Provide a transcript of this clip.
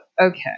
okay